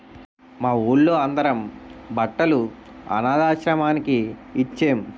మా వూళ్ళో అందరం బట్టలు అనథాశ్రమానికి ఇచ్చేం